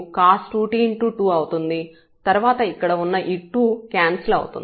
2 అవుతుంది తర్వాత ఇక్కడ ఉన్న ఈ 2 క్యాన్సిల్ అవుతుంది